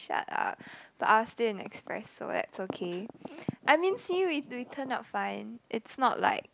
shut up but I was still in express so that's okay I mean see we we turned not fine it's not like